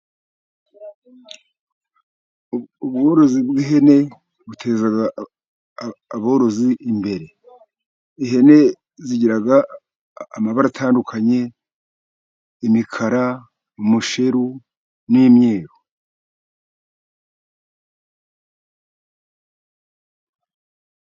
Ubworozi bw'ihene buteza aborozi imbere, ihene zigira amabara atandukanye imikara, umusheru n'imyeru.